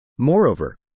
Moreover